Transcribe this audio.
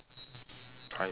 I also have